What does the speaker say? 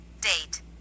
Date